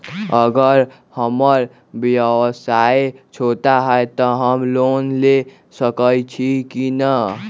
अगर हमर व्यवसाय छोटा है त हम लोन ले सकईछी की न?